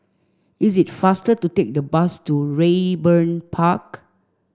it's faster to take the bus to Raeburn Park